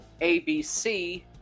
A-B-C